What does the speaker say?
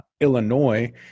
Illinois